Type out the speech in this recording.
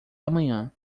amanhã